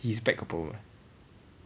his back got problem